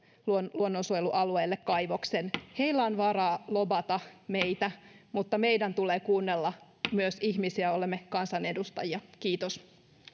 luonnonsuojelualueelle kaivoksen heillä on varaa lobata meitä mutta meidän tulee kuunnella myös ihmisiä olemme kansanedustajia kiitos